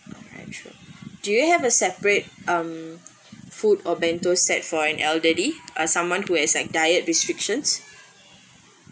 do you have a separate um food or bento set for an elderly uh someone who has a diet restrictions